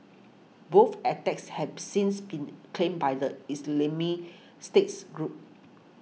both attacks have since been claimed by the Islamic States group